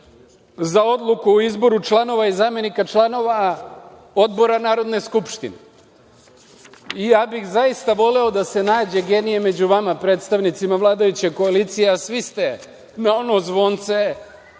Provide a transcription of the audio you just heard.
za odluku o izboru članova i zamenika članova odbora Narodne skupštine. Zaista bih voleo da se nađe genije među vama predstavnicima vladajuće koalicije, a svi ste na ono zvonce